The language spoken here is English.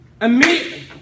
Immediately